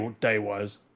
day-wise